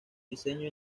diseño